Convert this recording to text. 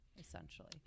essentially